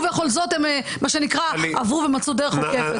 ובכל זאת הם עברו ומצאו דרך עוקפת.